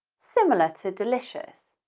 similar to delicious,